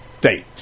date